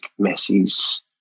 Messi's